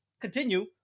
continue